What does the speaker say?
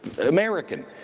American